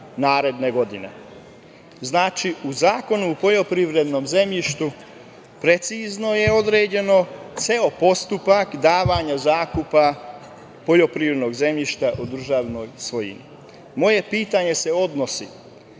godine. Znači, u Zakonu o poljoprivrednom zemljištu precizno je određen ceo postupak davanja u zakup poljoprivrednog zemljišta u državnoj svojini. Moje pitanje se odnosi